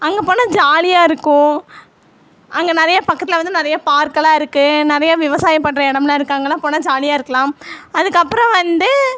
அங்கே போனால் ஜாலியா இருக்கும் அங்கே நிறைய பக்கத்தில் வந்து நிறைய பார்க் எல்லாம் இருக்குது நிறைய விவசாயம் பண்ணுற இடம்லாம் இருக்குது அங்கேலாம் போனால் ஜாலியாக இருக்கலாம் அதுக்கப்பறம் வந்து